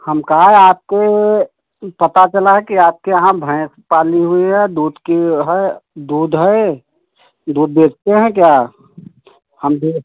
हम कहाँ आपको पता चला है कि आपके यहाँ भैंस पाली हुई है दूध की है दूध है दूध बेचते हैं क्या हमको